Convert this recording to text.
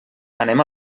anem